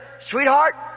sweetheart